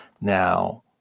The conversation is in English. Now